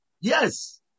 Yes